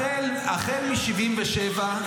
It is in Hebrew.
החל מ-1977,